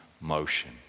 motion